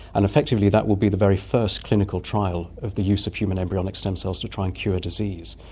and effectively that will be the very first clinical trial of the use of human embryonic stem cells to try and cure disease.